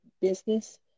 business